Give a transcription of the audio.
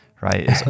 right